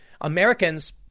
Americans